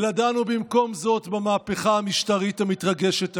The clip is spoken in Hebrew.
אלא דנו במקום זאת במהפכה המשטרית המתרגשת עלינו.